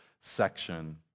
section